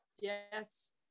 Yes